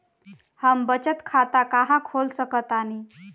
हम बचत खाता कहां खोल सकतानी?